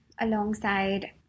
Alongside